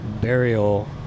burial